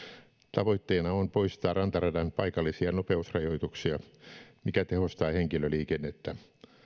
tavoitteena on poistaa rantaradan paikallisia nopeusrajoituksia mikä tehostaa henkilöliikennettä